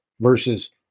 versus